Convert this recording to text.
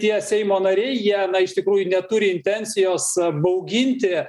tie seimo nariai jie iš tikrųjų neturi intencijos bauginti